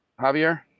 Javier